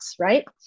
right